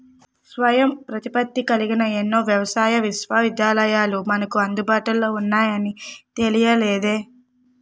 స్వయం ప్రతిపత్తి కలిగిన ఎన్నో వ్యవసాయ విశ్వవిద్యాలయాలు మనకు అందుబాటులో ఉన్నాయని తెలియలేదే